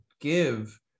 give